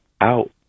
out